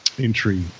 Entry